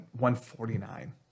149